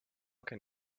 can